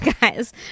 guys